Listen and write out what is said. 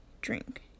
drink